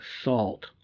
salt